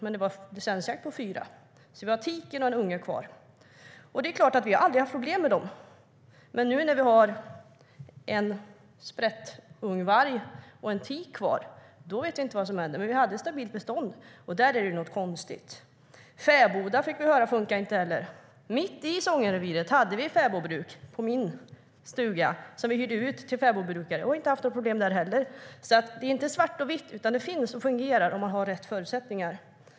Det var licensjakt på fyra, så vi har en tik och en unge kvar. Vi har aldrig haft problem med dem, men nu när vi har en sprättungvarg och en tik kvar vet vi inte vad som händer. Men vi hade ett stabilt bestånd, och där är det något konstigt. Vi fick höra att fäbodar inte funkar. Mitt i Sångenreviret hade vi ett fäbodbruk vid min stuga. Vi hyrde ut till fäbodbrukare och hade inga problem. Det är alltså inte svart och vitt, utan det finns och fungerar om man har rätt förutsättningar.